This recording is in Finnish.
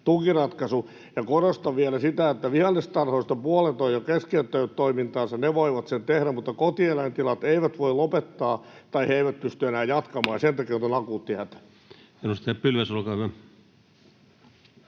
Ja korostan vielä sitä, että vihannestarhoista puolet on jo keskeyttänyt toimintansa. Ne voivat sen tehdä, mutta kotieläintilat eivät voi lopettaa, tai ne eivät pysty enää jatkamaan. Sen takia on nyt